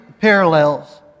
parallels